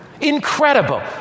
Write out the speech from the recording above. Incredible